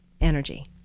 energy